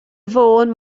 fôn